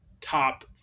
top